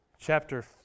chapter